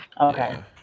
Okay